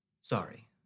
Sorry